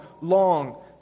long